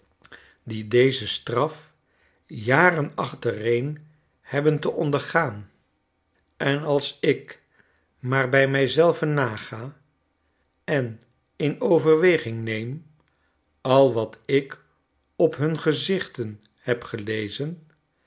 die deze straf jaren achtereen hebben te ondergaan en als ik maar bij mij zelvennaga en in overweging neem al wat ik op hun gezichten heb gelezen